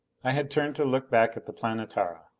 i had turned to look back at the planetara.